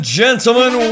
gentlemen